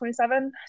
27